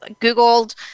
Googled –